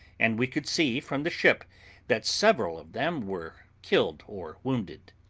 and we could see from the ship that several of them were killed or wounded.